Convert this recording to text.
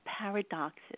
paradoxes